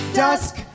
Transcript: dusk